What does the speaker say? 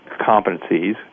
competencies